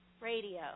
radio